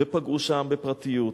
ופגעו שם בפרטיות,